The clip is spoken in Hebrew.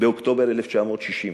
באוקטובר 1960,